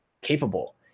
capable